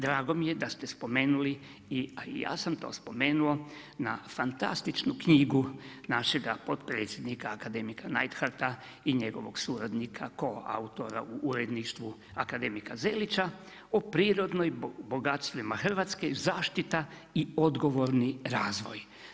Drago mi je da ste spomenuli i ja sam to spomenuo na fantastičnu knjigu našega potpredsjednika akademika Neidhardta i njegova suradnika koautora u uredništvu akademika Zelića o prirodnim bogatstvima Hrvatske i zaštita i odgovorni razvoj.